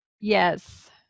Yes